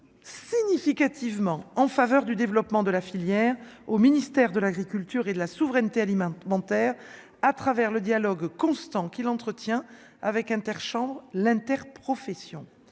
Fesneau. Significativement en faveur du développement de la filière au ministère de l'Agriculture et de la souveraineté alimentaire à travers le dialogue constant qu'il entretient avec Inter chambre l'inter-profession